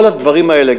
כל הדברים האלה,